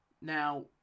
Now